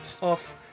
tough